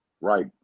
Right